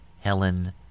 Helen